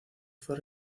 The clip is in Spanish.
fue